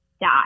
die